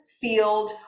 field